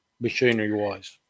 machinery-wise